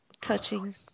Touching